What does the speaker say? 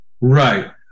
Right